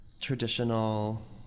traditional